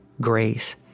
grace